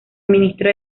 ministro